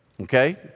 Okay